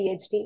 PhD